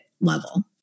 level